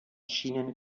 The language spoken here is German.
schienen